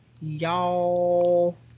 y'all